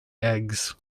eggs